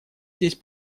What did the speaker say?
здесь